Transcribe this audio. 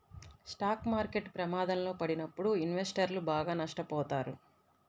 stock market ప్రమాదంలో పడినప్పుడు ఇన్వెస్టర్లు బాగా నష్టపోతారు